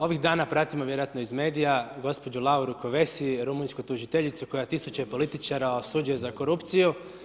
Ovih dana pratimo vjerojatno iz medija, gospođu Lauru Kovesi, rumunjsku tužiteljicu koja tisuće političara osuđuje za korupciju.